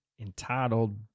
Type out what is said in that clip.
entitled